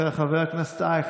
לוקחים את נושא מעמד האישה,